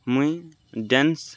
ମୁଇଁ ଡ୍ୟାନ୍ସ